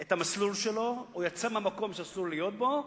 את המסלול שלו או יצא למקום שאסור להיות בו,